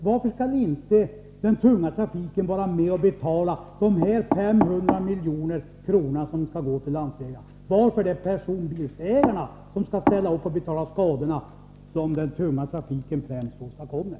Varför skall inte den tunga trafiken vara med och betala de 500 milj.kr. som skall gå till landsvägarna? Varför är det personbilsägarna som skall ställa upp och betala skadorna som främst den tunga trafiken åstadkommer?